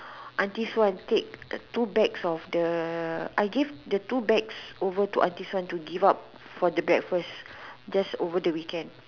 aunties Swan take two bags of the I gave the two bags over to auntie Swan to give out for the breakfast just over the weekend